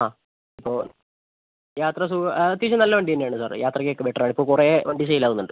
ആ ഇപ്പോൾ യാത്ര സുഖം അത്യാവശ്യം നല്ല വണ്ടി തന്നെയാണെന്ന് സാർ യാത്രയ്ക്കൊക്കെ ബെറ്റർ ആണ് ഇപ്പോൾ കുറേ വണ്ടി സെയിൽ ആകുന്നുണ്ട്